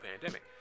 pandemic